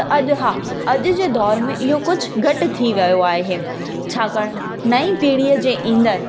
त अॼु हा अॼु जे दौरु में इहो कुझु घटि थी रहियो आहे छाकाणि नई पीढ़ीअ जे ईंदड़ु